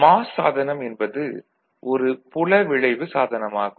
mass சாதனம் என்பது ஒரு புலவிளைவு சாதனம் ஆகும்